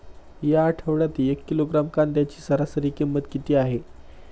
या आठवड्यात एक किलोग्रॅम कांद्याची सरासरी किंमत किती आहे?